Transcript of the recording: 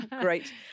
great